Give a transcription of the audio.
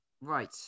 right